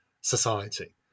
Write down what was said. society